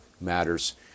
matters